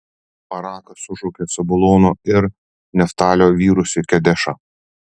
barakas sušaukė zabulono ir neftalio vyrus į kedešą